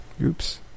Oops